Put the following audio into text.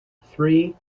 three